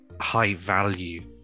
high-value